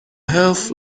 health